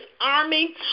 army